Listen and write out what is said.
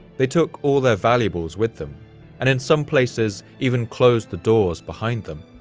they took all their valuables with them and in some places even closed the doors behind them.